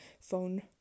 phone